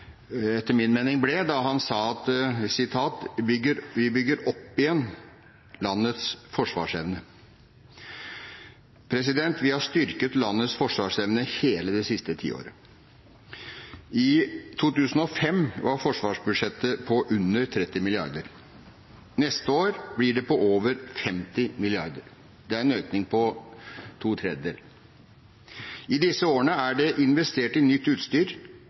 etter min mening ble da han sa at vi «bygger opp igjen landets forsvarsevne». Vi har styrket landets forsvarsevne hele det siste tiåret. I 2005 var forsvarsbudsjettet på under 30 mrd. kr. Neste år blir det på over 50 mrd. kr. Det er en økning på over to tredjedeler. I disse årene er det investert i nytt utstyr,